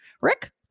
Rick